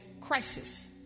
crisis